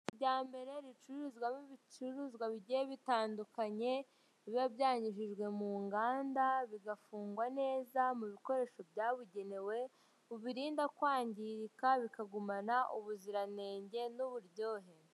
Isoko rya kijyambere ricururizwamo ibicuruzwa bigiye bitandukanye biba byanyujijwe mu nganda bigafungwa neza mu bikoresho byabugenewe bibirinda kwangirika bikagumana ubuziranenge n'uburyohe .